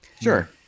Sure